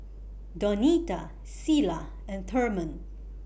Donita Cilla and Thurman